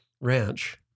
ranch